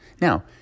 Now